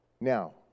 Now